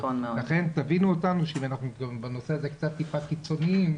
לכן תבינו אותנו -- -בנושא הזה קצת טיפה קיצוניים,